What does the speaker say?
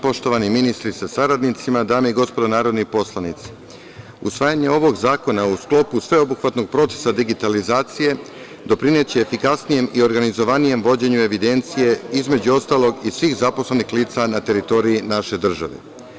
Poštovani ministri sa saradnicima, dame i gospodo narodni poslanici, usvajanje ovog zakona u sklopu sveobuhvatnog procesa digitalizacije doprineće efikasnijem i organizovanijem vođenju evidencije, između ostalog, i svih zaposlenih lica na teritoriji naše države.